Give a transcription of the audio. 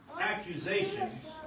accusations